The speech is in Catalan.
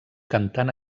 cantant